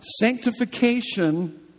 Sanctification